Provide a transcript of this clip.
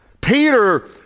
Peter